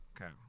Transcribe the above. Okay